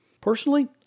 Personally